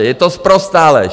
Je to sprostá lež.